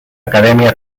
academia